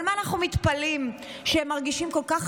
אבל מה אנחנו מתפלאים שהם מרגישים כל כך